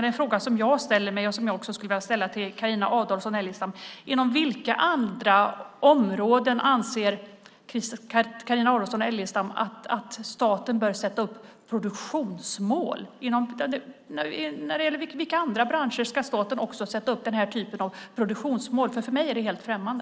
Den fråga som jag ställer mig och som jag också skulle vilja ställa till Carina Adolfsson Elgestam är: Inom vilka andra områden och branscher anser du att staten bör sätta upp den här typen av produktionsmål? För mig är detta helt främmande.